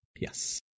yes